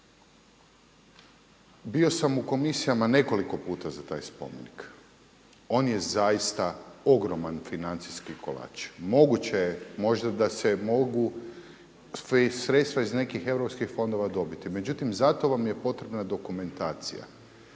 bio sam u komisijama nekoliko puta za taj spomenik, on je zaista ogroman financijski kolač. Moguće je možda da se mogu sredstva iz nekih EU fondova dobiti, međutim za to vam je potrebna dokumentacija.